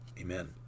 Amen